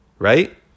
right